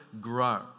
grow